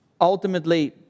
ultimately